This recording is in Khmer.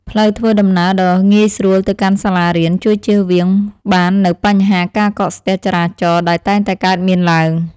ផ្លូវធ្វើដំណើរដ៏ងាយស្រួលទៅកាន់សាលារៀនជួយជៀសវាងបាននូវបញ្ហាការកកស្ទះចរាចរណ៍ដែលតែងតែកើតមានឡើង។